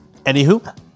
Anywho